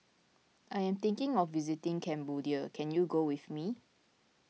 I am thinking of visiting Cambodia can you go with me